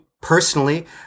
personally